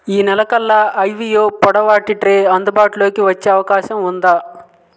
ఈ నెల కల్లా ఐవియో పొడవాటి ట్రే అందుబాటులోకి వచ్చే అవకాశం ఉందా